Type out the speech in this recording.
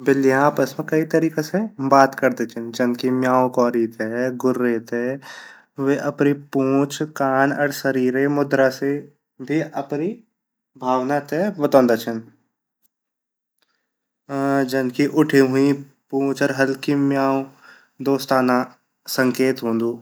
बिल्ल्यां आपस मा कई तरीका से बात करदी छिन जन कि म्याऊ कौरी ते गुरे ते वे अपरी पूँछ कान अर शरीरे मुद्रा से भी अपरी भावना ते बातोंदा छिन जन की उठी हुई पूँछ अर हलकी म्याऊ दोस्ताना संकेत वोंदु।